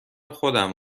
خودم